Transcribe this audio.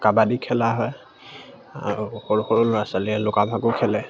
কাবাডী খেলা হয় আৰু সৰু সৰু ল'ৰা ছোৱালীয়ে লুকা ভাকু খেলে